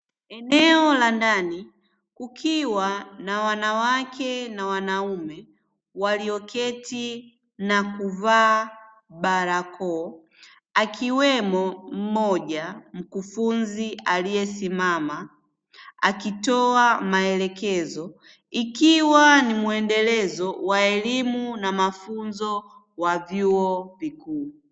Eneo la ndani kukiwa na wanawake na wanaume walioketi na kuvaa barakoa, akiwemo mmoja mkufunzi aliyesimama akitoa maelekezo ikiwa ni mwendelezo wa elimu na mafunzo ya vyuo vikuu.